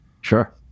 Sure